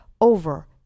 over